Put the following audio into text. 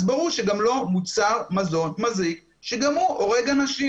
אז ברור שגם לא מוצר מזון מזיק שגם הוא הורג אנשים,